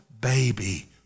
baby